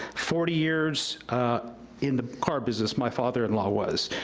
forty years in the car business, my father in law was.